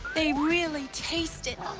they really taste it.